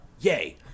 Yay